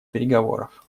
переговоров